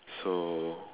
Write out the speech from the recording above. so